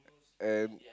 and